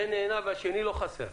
זה נהנה והשני לא חסר.